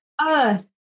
earth